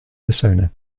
persona